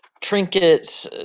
Trinkets